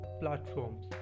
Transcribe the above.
platforms